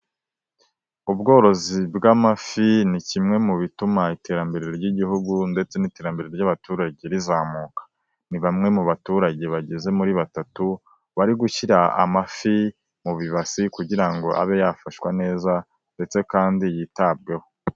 Ubworozi bw'amafi ni kimwe mu bituma iterambere ry'Igihugu ndetse n'iterambere ry'abaturage rizamuka, ni bamwe mu baturage bageze muri batatu bari gushyira amafi mu bibasi kugira ngo abe yafashwa neza ndetse kandi yitabweho.